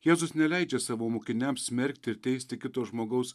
jėzus neleidžia savo mokiniams smerkti ir teisti kito žmogaus